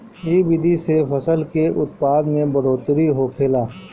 इ विधि से फसल के उत्पादन में बढ़ोतरी होखेला